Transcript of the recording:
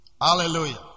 Hallelujah